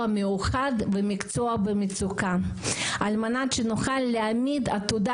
מאוחד ומקצוע במצוקה על מנת שנוכל להעמיד עתודה